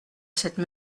cette